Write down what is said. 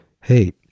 hey